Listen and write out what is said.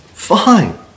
fine